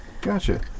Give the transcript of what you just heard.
Gotcha